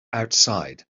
outside